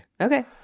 Okay